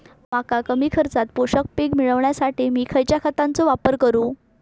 मका कमी खर्चात पोषक पीक मिळण्यासाठी मी खैयच्या खतांचो वापर करू?